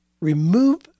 Remove